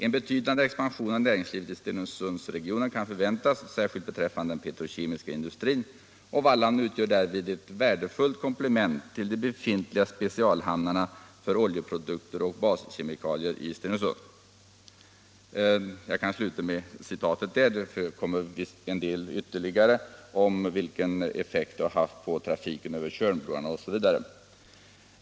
En betydande expansion av näringslivet i Stenungsundsregionen kan förväntas, särskilt beträffande den petrokemiska industrin, och Wallhamn utgör därvid ett värdefullt komplement till de befintliga specialhamnarna för oljeprodukter och baskemikalier i Stenungsund.” Sedan talas det något om effekten på trafiken över Tjörnbroarna, osv.